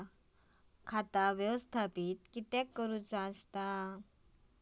खाता व्यवस्थापित किद्यक करुचा?